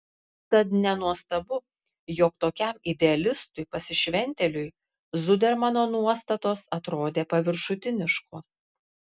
tad nenuostabu jog tokiam idealistui pasišventėliui zudermano nuostatos atrodė paviršutiniškos